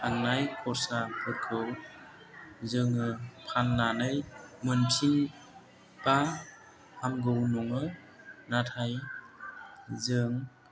थांनाय खरसाफोरखौ जोङो फाननानै मोनफिनब्ला हामगौ नङो नाथाय जों